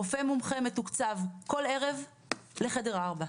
רופא מומחה מתוקצב כל ערב לחדר ארבע.